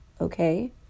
okay